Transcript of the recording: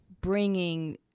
bringing –